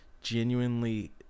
genuinely